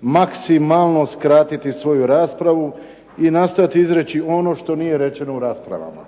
maksimalno skratiti svoju raspravu i nastojati izreći ono što nije rečeno u raspravama.